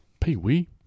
Pee-wee